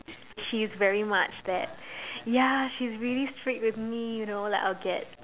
she is very much that ya like she is very strict with me you know I'll get